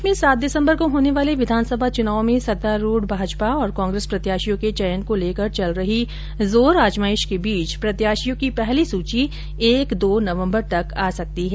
प्रदेश में सात दिसम्बर को होने वाले विधानसभा चुनाव में सत्तारुढ़ भाजपा और कांग्रेस प्रत्याशियों को चयन को लेकर चल रही जोर आजमाइश के बीच प्रत्याशियों की पहली सूची एक दो नवम्बर तक आ सकती है